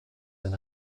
sein